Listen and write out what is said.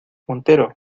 montero